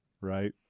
right